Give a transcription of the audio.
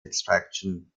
extraction